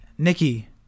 Nikki